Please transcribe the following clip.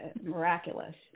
miraculous